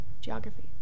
geography